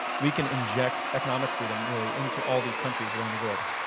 we can inject economic freedom really into all these countries around the world.